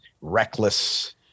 reckless